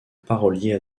parolier